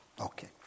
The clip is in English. Okay